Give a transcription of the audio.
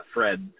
Fred